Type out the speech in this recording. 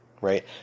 right